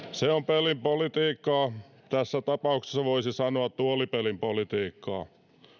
on pelin politiikkaa tässä tapauksessa voisi sanoa tuolipelin politiikkaa